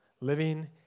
living